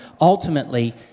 ultimately